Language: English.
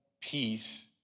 peace